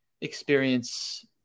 experience